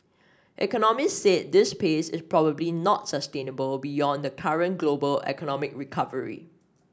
economists said this pace is probably not sustainable beyond the current global economic recovery